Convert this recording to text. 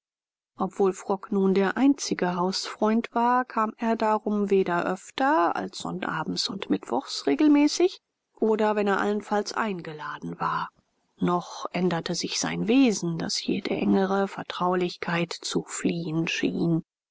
obwohl frock nur der einzige hausfreund war kam er darum weder öfter als sonnabends und mittwochs regelmäßig oder wenn er allenfalls eingeladen war noch änderte sich sein wesen das jede engere vertraulichkeit zu fliehen schien